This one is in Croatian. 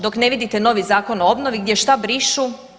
Dok ne vidite novi Zakon o obnovi, gdje šta brišu?